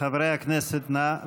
חברי הכנסת, לפני שנצביע אני